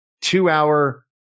two-hour